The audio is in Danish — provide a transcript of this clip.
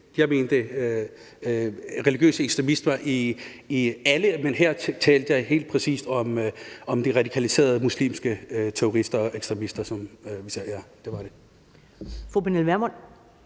der er religiøse ekstremister alle steder, men her talte jeg helt præcis om de radikaliserede muslimske terrorister og ekstremister. Det gjorde jeg.